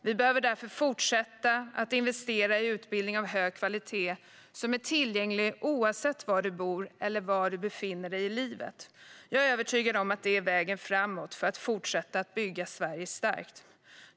Vi behöver därför fortsätta att investera i utbildning av hög kvalitet som är tillgänglig oavsett var du bor och var du befinner dig i livet. Jag är övertygad om att det är vägen framåt för att fortsätta bygga Sverige starkt.